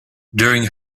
during